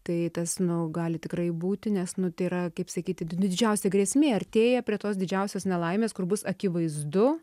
tai tas nu gali tikrai būti nes nu tai yra kaip sakyti didžiausia grėsmė artėja prie tos didžiausios nelaimės kur bus akivaizdu